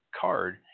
card